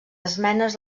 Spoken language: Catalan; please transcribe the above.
esmenes